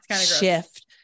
shift